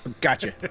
Gotcha